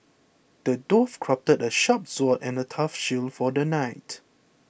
the dwarf crafted a sharp sword and a tough shield for the knight